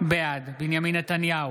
בעד בנימין נתניהו,